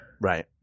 Right